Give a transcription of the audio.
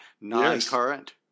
non-current